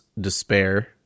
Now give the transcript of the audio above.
despair